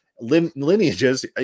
Lineages